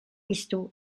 isto